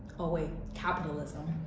oh wait capitalism,